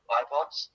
iPods